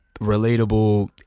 relatable